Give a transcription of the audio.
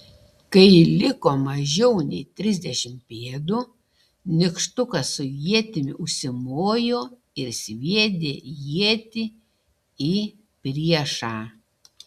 kai liko mažiau nei trisdešimt pėdų nykštukas su ietimi užsimojo ir sviedė ietį į priešą